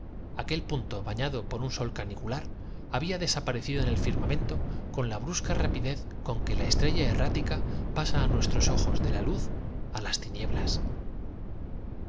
menor desafuero se portarán había desaparecido en el firmamento con la brusca dignamente ya las hemos exhortado y el miedo al rapidez con que la estrella errática pasa á nuestros castigo las contendrá ojos de la luz á las tinieblas